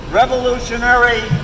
revolutionary